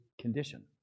condition